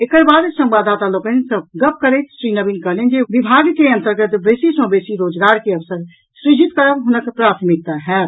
एकर बाद संवाददाता लोकनि सँ वार्ता करैत श्री नवीन कहलनि जे विभाग के अन्तर्गत बेसी सँ बेसी रोजगार के अवसर सृजित करब हुनक प्राथमिकता होयत